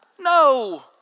no